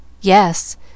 Yes